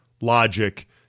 logic